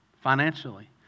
financially